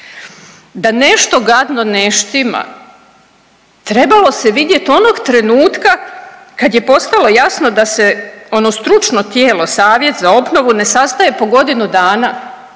Da nešto gadno ne štima trebalo se vidjet onog trenutka kad je postalo jasno da se ono stručno tijelo Savjet za obnovu ne sastaje po godinu dana,